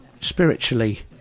spiritually